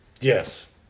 yes